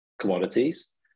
commodities